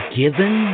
given